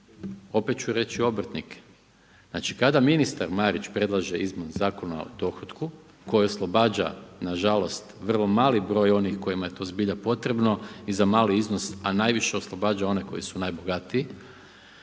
opet ću reći obrtnike. Znači kada ministar Marić predloži izmjene Zakona o dohotku koji oslobađa nažalost vrlo mali broj onih kojima je to zbilja potrebno i za mali iznos, a najviše oslobađa one koji su najbogatiji,